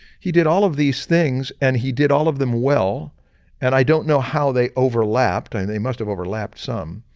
he did all of these things and he did all of them well and i don't know how they overlapped and they must have overlapped some.